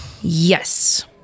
Yes